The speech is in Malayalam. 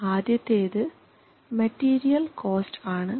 ഇതിൽ ആദ്യത്തേത് മെറ്റീരിയൽ കോസ്റ്റ് ആണ്